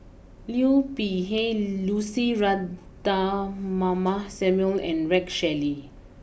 Liu Peihe Lucy Ratnammah Samuel and Rex Shelley